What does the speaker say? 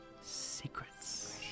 Secrets